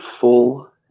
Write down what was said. full